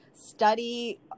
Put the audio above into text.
study